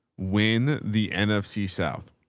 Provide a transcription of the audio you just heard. when the nfc south,